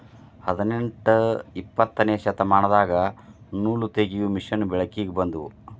ಹದನೆಂಟ ಇಪ್ಪತ್ತನೆ ಶತಮಾನದಾಗ ನೂಲತಗಿಯು ಮಿಷನ್ ಬೆಳಕಿಗೆ ಬಂದುವ